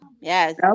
Yes